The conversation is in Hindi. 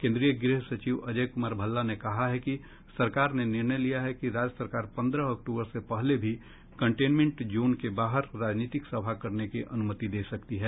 केन्द्रीय गृह सचिव अजय कुमार भल्ला ने कहा है कि सरकार ने निर्णय लिया है कि राज्य सरकार पन्द्रह अक्टूबर से पहले भी कंटेनमेंट जोन के बाहर राजनीतिक सभा करने की अनुमति दे सकती है